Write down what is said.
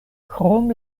krom